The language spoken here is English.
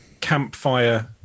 campfire